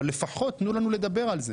אבל לפחות תנו לנו לדבר על זה,